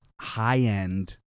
high-end